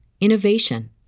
innovation